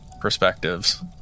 perspectives